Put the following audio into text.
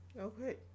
Okay